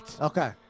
okay